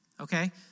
okay